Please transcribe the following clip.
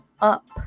up